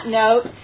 note